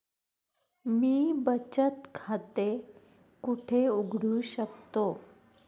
मी बचत खाते कुठे उघडू शकतो?